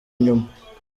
inyuma